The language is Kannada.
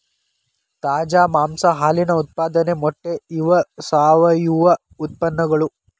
ತಾಜಾ ಮಾಂಸಾ ಹಾಲಿನ ಉತ್ಪಾದನೆ ಮೊಟ್ಟೆ ಇವ ಸಾವಯುವ ಉತ್ಪನ್ನಗಳು